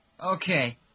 Okay